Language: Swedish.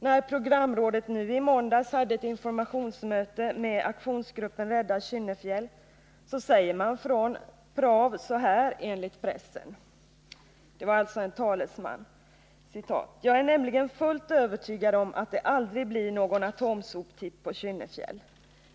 När programrådet nu i måndags hade ett informationsmöte med aktionsgruppen Rädda Kynnefjäll sade en talesman för programrådet följande enligt pressen: ”Jag är nämligen fullt övertygad om att det aldrig blir någon atomsoptipp på Kynnefjäll ...